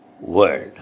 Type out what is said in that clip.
world